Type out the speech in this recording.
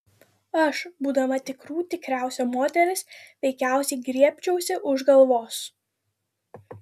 aš būdama tikrų tikriausia moteris veikiausiai griebčiausi už galvos